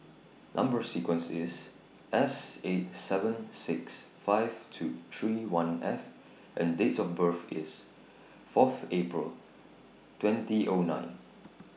Number sequence IS S eight seven six five two three one F and Date of birth IS Fourth April twenty O nine